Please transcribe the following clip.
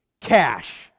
Cash